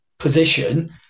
position